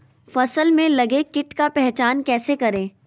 फ़सल में लगे किट का पहचान कैसे करे?